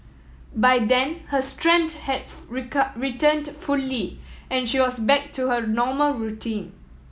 by then her strength have returned fully and she was back to her normal routine